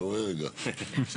תתעורר רגע.